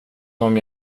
dem